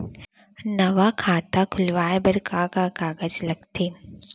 नवा खाता खुलवाए बर का का कागज लगथे?